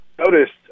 noticed